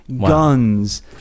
Guns